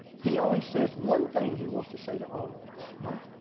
he only says one thing he wants to say to all of us, right?